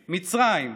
מצרים,